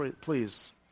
please